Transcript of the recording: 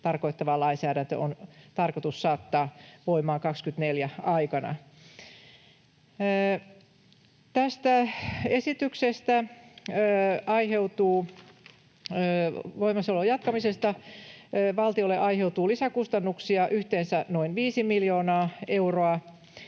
tarkoittava lainsäädäntö on tarkoitus saattaa voimaan vuoden 24 aikana. Tästä esityksestä, voimassaolon jatkamisesta, valtiolle aiheutuu lisäkustannuksia yhteensä noin 5 miljoonaa euroa,